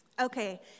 Okay